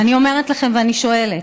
ואני אומרת לכם, ואני שואלת: